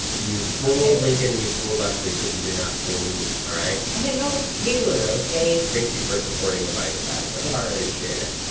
you fooled lincoln and you fooled leslie, but you did not fool me, all right. i didn't know it was kaler, okay. thank you for supporting and buying the bag though. sorry. appreciate it.